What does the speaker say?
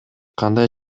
кандай